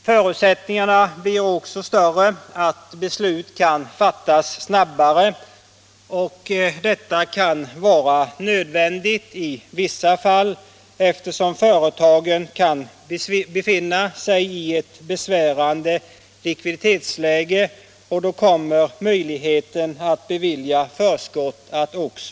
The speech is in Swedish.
Förutsättningarna är med vårt förslag större för att beslut kan fattas snabbt, och detta kan vara nödvändigt i vissa fall, eftersom företagen kan befinna sig i ett besvärande likviditetsläge. Då kommer möjligheten att bevilja förskott att finnas.